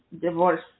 divorce